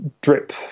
drip